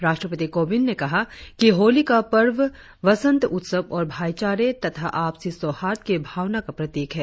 राष्ट्रपति कोविंद ने कहा कि होली का पर्व वसंत उत्सव और भाईचारे तथा आपसी सौहार्द की भावना का प्रतीक है